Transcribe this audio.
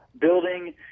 building